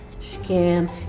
scam